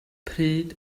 pryd